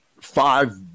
five